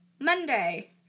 Monday